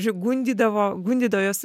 žodžiu gundydavo gundydavo juos